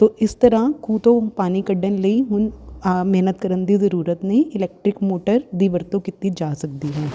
ਤਾਂ ਇਸ ਤਰ੍ਹਾਂ ਖੂਹ ਤੋਂ ਪਾਣੀ ਕੱਢਣ ਲਈ ਹੁਣ ਮਿਹਨਤ ਕਰਨ ਦੀ ਜ਼ਰੂਰਤ ਨਹੀਂ ਇਲੈਕਟਰਿਕ ਮੋਟਰ ਦੀ ਵਰਤੋਂ ਕੀਤੀ ਜਾ ਸਕਦੀ ਹੈ